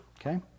okay